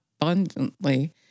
abundantly